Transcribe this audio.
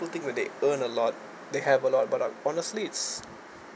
do think when they earn a lot they have a lot but um honestly it's